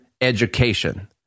education